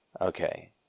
Okay